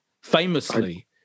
famously